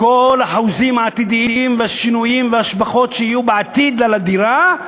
כל האחוזים העתידיים והשינויים וההשבחות שיהיו בעתיד על הדירה,